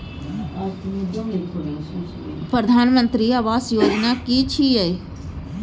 प्रधानमंत्री आवास योजना कि छिए?